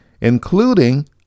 including